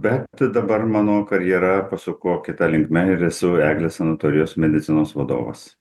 bet dabar mano karjera pasuko kita linkme ir esu eglės sanatorijos medicinos vadovas